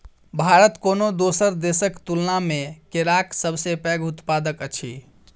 भारत कोनो दोसर देसक तुलना मे केराक सबसे पैघ उत्पादक अछि